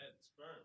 sperm